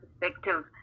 perspective